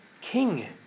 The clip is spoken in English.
king